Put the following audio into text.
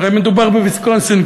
הרי מדובר בוויסקונסין,